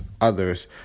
others